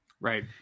Right